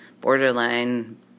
borderline